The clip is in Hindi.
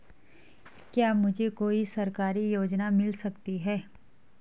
क्या मुझे कोई सरकारी योजना मिल सकती है?